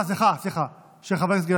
תמסרו לשרה שלכם שלא הופץ תזכיר